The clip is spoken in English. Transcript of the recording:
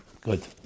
good